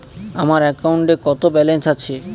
আমার অ্যাকাউন্টে কত ব্যালেন্স আছে?